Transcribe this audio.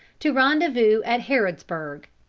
to rendezvous at harrodsburg.